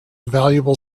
valuable